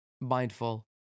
mindful